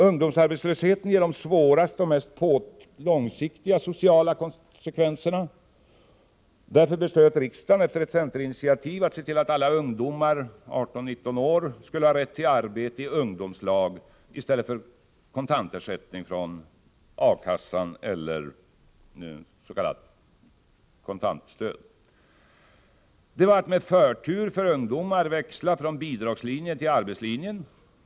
Ungdomsarbetslösheten ger de svåraste och mest långsiktiga sociala konsekvenserna. Därför beslöt riksdagen, efter ett centerinitiativ, att se till att alla ungdomar i åldern 18-19 år skulle ha rätt till arbete i ungdomslag i stället för kontantersättning från A-kassan eller s.k. kontantstöd. Detta var att med förtur för ungdomar växla från bidragslinjen till arbetslinjen.